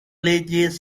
leyes